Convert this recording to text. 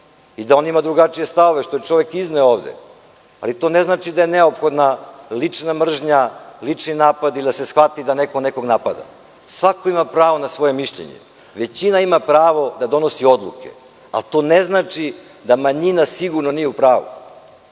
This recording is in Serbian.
i da on ima drugačije stavove, što je čovek izneo ovde, ali to ne znači da je neophodna lična mržnja, lični napadi da se shvati da neko nekoga napada. Svako ima pravo na svoje mišljenje. Većina ima pravo da donosi odluke, ali to ne znači da manjina sigurno nije u pravu.